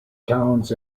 towns